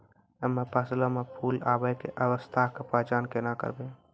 हम्मे फसलो मे फूल आबै के अवस्था के पहचान केना करबै?